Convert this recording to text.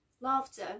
laughter